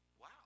wow